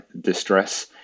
distress